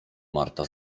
marta